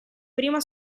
prima